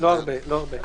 לא הרבה.